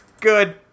Good